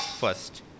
first